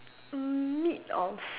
mid of